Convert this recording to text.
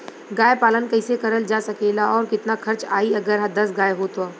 गाय पालन कइसे करल जा सकेला और कितना खर्च आई अगर दस गाय हो त?